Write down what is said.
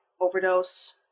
overdose